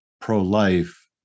pro-life